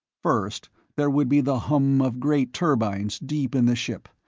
first there would be the hum of great turbines deep in the ship,